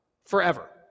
forever